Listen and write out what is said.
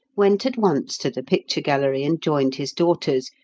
went at once to the picture-gallery and joined his daughters,